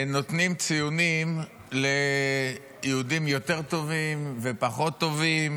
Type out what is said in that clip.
נותנים ציונים ליהודים יותר טובים ופחות טובים,